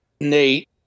Nate